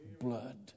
blood